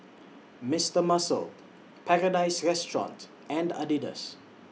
Mister Muscle Paradise Restaurant and Adidas